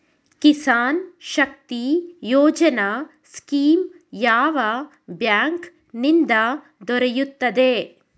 Kisan Shakti Yojana scheme ಯಾವ bank ನಿಂದ ದೊರೆಯುತ್ತದೆ?